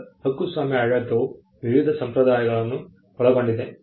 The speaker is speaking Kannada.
ಈಗ ಹಕ್ಕುಸ್ವಾಮ್ಯ ಆಡಳಿತವು ವಿವಿಧ ಸಂಪ್ರದಾಯಗಳನ್ನು ಒಳಗೊಂಡಿದೆ